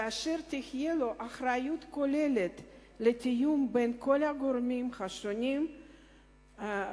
ואשר תהיה לו אחריות כוללת לתיאום בין כל הגורמים השונים המוזכרים.